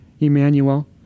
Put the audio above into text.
Emmanuel